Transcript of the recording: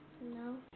No